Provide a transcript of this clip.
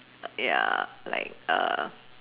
ya like a